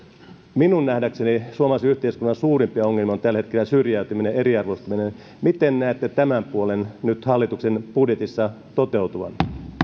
minun nähdäkseni suomalaisen yhteiskunnan suurimpia ongelmia on tällä hetkellä syrjäytyminen ja eriarvoistuminen miten näette tämän puolen nyt hallituksen budjetissa toteutuvan